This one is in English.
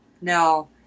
no